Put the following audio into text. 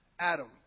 Adam